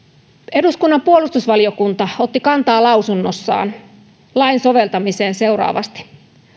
eduskunnan puolustusvaliokunta otti kantaa lausunnossaan lain soveltamiseen seuraavasti